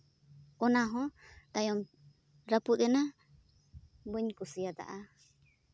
ᱚᱱᱟ ᱦᱚᱸ ᱛᱟᱭᱚᱢ ᱨᱟᱹᱯᱩᱫ ᱮᱱᱟ ᱵᱟᱹᱧ ᱠᱩᱥᱤᱭᱟᱫᱟ